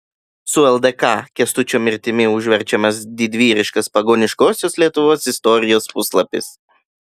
su ldk kęstučio mirtimi užverčiamas didvyriškas pagoniškosios lietuvos istorijos puslapis